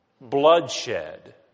bloodshed